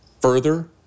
further